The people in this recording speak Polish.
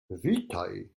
witaj